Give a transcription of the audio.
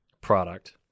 product